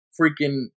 freaking